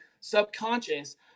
subconscious